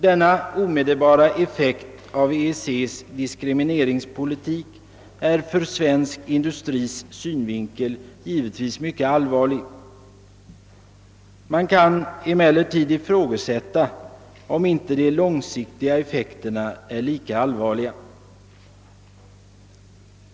Denna omedelbara effekt av EEC:s diskrimineringspolitik är ur svensk industris synvinkel givetvis mycket allvarlig. Men man kan emellertid ifrågasätta, om inte de långsiktiga effekterna är lika allvarliga.